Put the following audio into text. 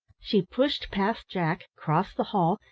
she pushed past jack, crossed the hall,